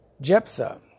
Jephthah